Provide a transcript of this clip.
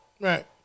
right